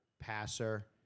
passer